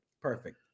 Perfect